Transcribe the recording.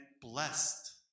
blessed